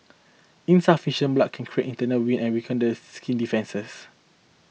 insufficient blood can create internal wind and weaken the skin's defences